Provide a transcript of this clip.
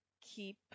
keep